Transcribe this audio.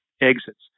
exits